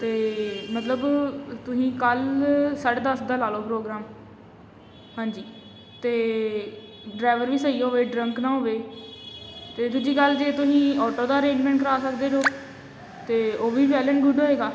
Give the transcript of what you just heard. ਅਤੇ ਮਤਲਬ ਤੁਸੀਂ ਕੱਲ੍ਹ ਸਾਢੇ ਦਸ ਦਾ ਲਾ ਲਉ ਪ੍ਰੋਗਰਾਮ ਹਾਂਜੀ ਅਤੇ ਡਰਾਈਵਰ ਵੀ ਸਹੀ ਹੋਵੇ ਡਰੰਕ ਨਾ ਹੋਵੇ ਅਤੇ ਦੂਜੀ ਗੱਲ ਜੇ ਤੁਸੀਂ ਆਟੋ ਦਾ ਅਰੇਂਜਮੈਂਟ ਕਰਾ ਸਕਦੇ ਹੋ ਤਾਂ ਉਹ ਵੀ ਵੈਲ ਐਂਡ ਗੁੱਡ ਹੋਏਗਾ